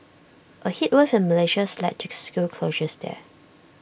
A heat wave in Malaysia has led to school closures there